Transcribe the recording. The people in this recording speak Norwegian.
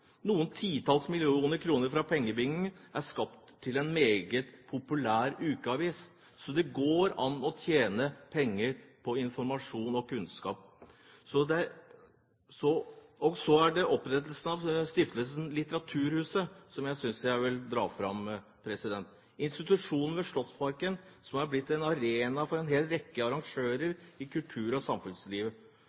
Noen titalls millioner kroner fra pengebingen har skapt en meget populær ukeavis, så det går an å tjene penger på informasjon og kunnskap. Og så er det opprettelsen av Stiftelsen Litteraturhuset, som jeg vil trekke fram, institusjonen ved Slottsparken som er blitt en arena for en hel rekke arrangører i kultur- og samfunnslivet.